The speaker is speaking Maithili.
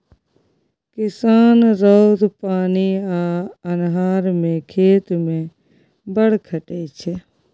किसान रौद, पानि आ अन्हर मे खेत मे बड़ खटय छै